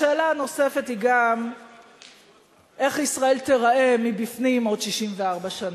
השאלה הנוספת היא גם איך ישראל תיראה מבפנים עוד 64 שנה.